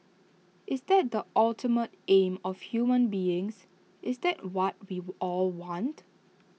is that the ultimate aim of human beings is that what we all want